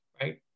right